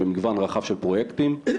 במגוון רחב של פרויקטים,